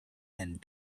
and